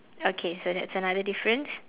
okay so that's another difference